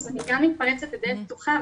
אז אני גם מתפרצת לדלת פתוחה,